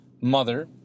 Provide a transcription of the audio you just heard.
Mother